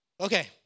Okay